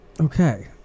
Okay